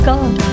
God